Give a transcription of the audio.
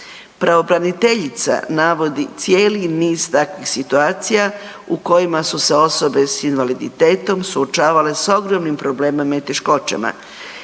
Pravobraniteljica navodi cijeli niz takvih situacija u kojima su se osobe s invaliditetom suočavale s ogromnim problemima i teškoćama.